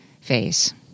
phase